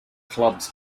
clubs